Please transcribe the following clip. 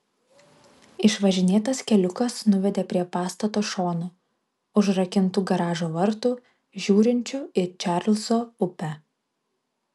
išvažinėtas keliukas nuvedė prie pastato šono užrakintų garažo vartų žiūrinčių į čarlzo upę